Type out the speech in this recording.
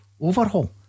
overhaul